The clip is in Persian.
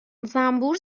زنبور